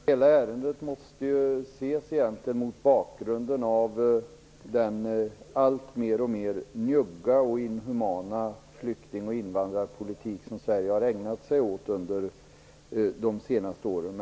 Herr talman! Hela ärendet måste egentligen ses mot bakgrund av den alltmer njugga och inhumana flykting och invandrarpolitik som Sverige har ägnat sig åt under de senaste åren.